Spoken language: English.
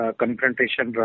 confrontation